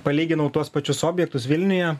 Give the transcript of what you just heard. palyginau tuos pačius objektus vilniuje